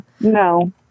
No